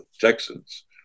Texans